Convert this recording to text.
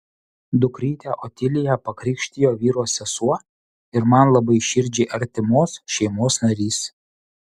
dukrytę otiliją pakrikštijo vyro sesuo ir man labai širdžiai artimos šeimos narys